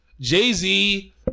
Jay-Z